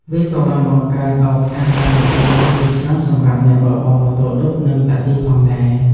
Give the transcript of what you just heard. វាក៏បានបង្កើតឱកាសការងារថ្មីៗជាច្រើនសម្រាប់អ្នកបើកបរម៉ូតូឌុបនិងតាក់ស៊ីផងដែរ។